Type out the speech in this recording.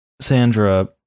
Sandra